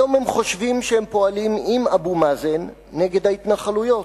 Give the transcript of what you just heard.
היום הם חושבים שהם פועלים עם אבו מאזן נגד ההתנחלויות,